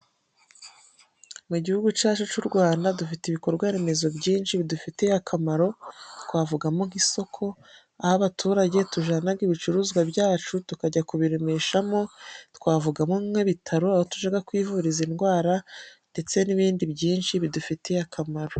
Mu gihugu cyacu cy'u Rwanda, dufite ibikorwa remezo byinshi bidufitiye akamaro, twavugamo nk'isoko, aho abaturage tujyana ibicuruzwa byacu tukajya kubiremeshamo, twavugamo nk'ibitaro aho tujya kwivuriza indwara, ndetse n'ibindi byinshi bidufitiye akamaro.